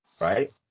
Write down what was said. Right